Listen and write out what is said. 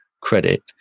credit